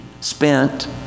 spent